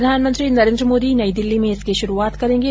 प्रधानमंत्री नरेन्द्र मोदी नई दिल्ली में इसकी शुरूआत करेंगे